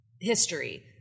history